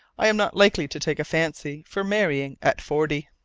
i am not likely to take a fancy for marrying at forty.